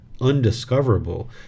undiscoverable